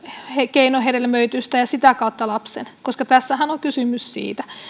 keinohedelmöitystä ja sitä kautta lapsen koska tässähän on on kysymys siitä